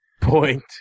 point